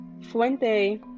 fuente